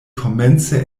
komence